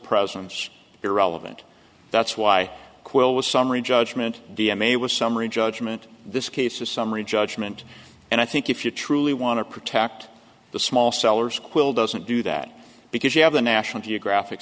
presence irrelevant that's why quil was summary judgment dma was summary judgment this case a summary judgment and i think if you truly want to protect the small sellers quil doesn't do that because you have a national geographic